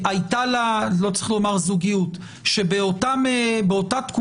לא צריך לומר שהייתה לה זוגית שבאותה תקופה,